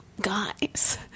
guys